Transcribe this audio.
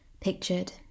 pictured